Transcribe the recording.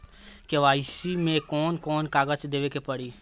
KYC मे कौन कौन कागज देवे के पड़ी?